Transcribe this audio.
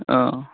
অঁ